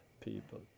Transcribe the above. people